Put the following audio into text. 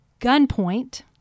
gunpoint